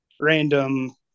random